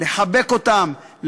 לחבק אותם,